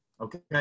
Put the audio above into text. Okay